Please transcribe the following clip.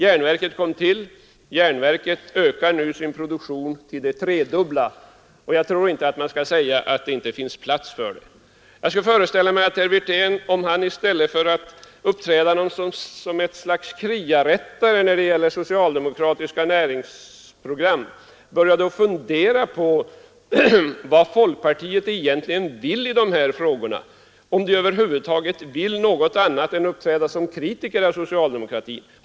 Järnverket kom emellertid till och ökar sin produktion till det tredubbla. Jag tror inte man skall säga att det inte finns plats för det. Jag föreställer mig att herr Wirtén, i stället för att uppträda som något slags kriarättare när det gäller socialdemokratiska näringsprogram, borde fundera på vad folkpartiet egentligen vill i dessa frågor, om det över huvud taget vill något annat än att uppträda såsom kritiker av socialdemokratin.